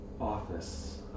office